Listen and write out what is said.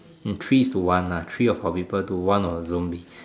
increase to one lah three of our people to one of the zombies